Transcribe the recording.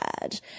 bad